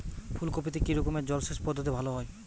ফুলকপিতে কি রকমের জলসেচ পদ্ধতি ভালো হয়?